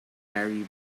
gary